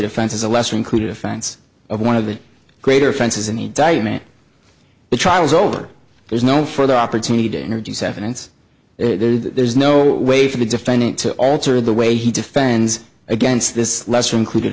offenses a lesser included offense of one of the greater offenses and a diamant the trial is over there's no further opportunity to introduce evidence there's no way for the defendant to alter the way he defends against this lesser included